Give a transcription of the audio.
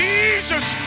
Jesus